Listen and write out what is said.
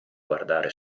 guardare